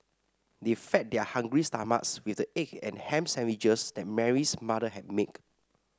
they fed their hungry stomachs with the egg and ham sandwiches that Mary's mother had make